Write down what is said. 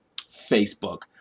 Facebook